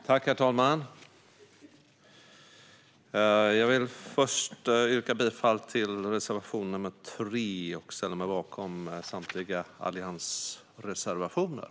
Herr talman! Jag vill först yrka bifall till reservation 3 och ställa mig bakom samtliga alliansreservationer.